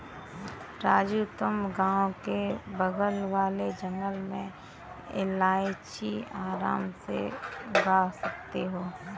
राजू तुम गांव के बगल वाले जंगल में इलायची आराम से उगा सकते हो